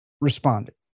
responded